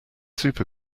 super